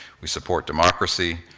we support democracy,